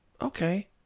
Okay